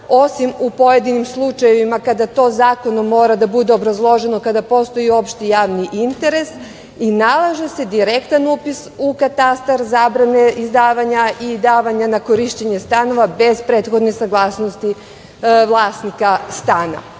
osim u pojedinim slučajevima kada to zakonom mora da bude obrazloženo, kada postoji opšti javni interes i nalaže se direktan upis u katastar zabrane izdavanja i davanja na korišćenje stanova bez prethodne saglasnosti vlasnika stana. Žao